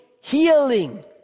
healing